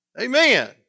Amen